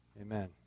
amen